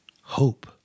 Hope